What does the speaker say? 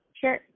Sure